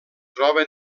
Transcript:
troba